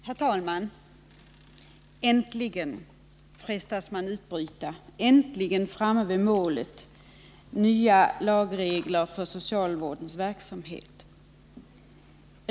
Herr talman! Äntligen, frestas man utbrista, äntligen framme vid målet — nya lagregler för socialvårdens verksamhet!